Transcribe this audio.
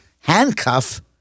handcuff